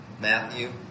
Matthew